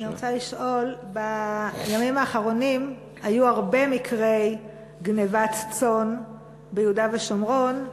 אני רוצה לשאול: בימים אחרונים היו הרבה מקרי גנבת צאן ביהודה ושומרון,